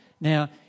Now